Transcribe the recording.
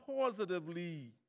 positively